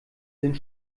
sind